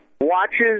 Watches